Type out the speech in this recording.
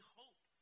hope